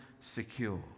secure